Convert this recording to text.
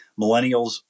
Millennials